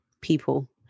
people